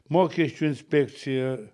mokesčių inspekcija